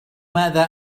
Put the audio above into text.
ماذا